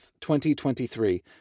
2023